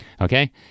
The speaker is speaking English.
Okay